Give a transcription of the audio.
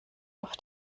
auf